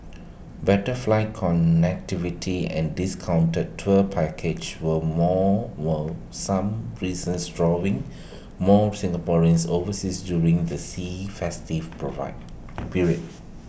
better flight connectivity and discounted tour packages were more were some reasons drawing more Singaporeans overseas during the sea festive provide period